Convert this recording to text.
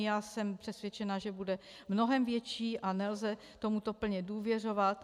Já jsem přesvědčena, že bude mnohem větší a nelze tomuto plně důvěřovat.